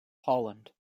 holland